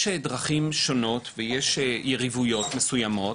אז יש דרכים שונות ויש יריבויות מסוימות